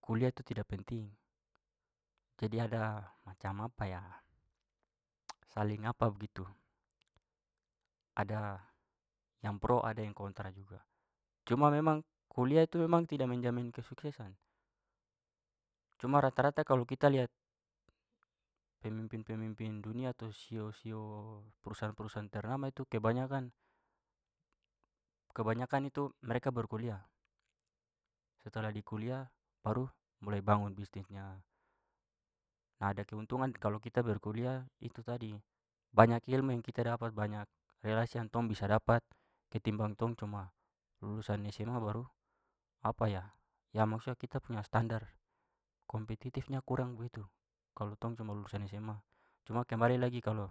Kuliah itu tidak penting. Jadi ada macam apa ya saling apa begitu. Ada yang pro ada yang kontra juga. Cuma memang kuliah itu memang tidak menjamin kesuksesan cuma rata-rata kalau kita liat pemimpin-pemimpin dunia tu CEO-CEO perusahaan-perusahaan ternama itu kebanyakan- kebanyakan itu mereka berkuliah. Setelah di kuliah baru mulai bangun bisnisnya. A, ada keuntungan kalau kita berkuliah itu tadi banyak ilmu yang kita dapat banyak relasi yang tong bisa dapat ketimbang tong cuma lulusan SMA baru ya maksudnya kita punya standar kompetitifnya kurang begitu kalau tong cuma lulusan sma. Cuma kembali lagi kalau